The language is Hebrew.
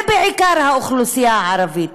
ובעיקר מהאוכלוסייה הערבית,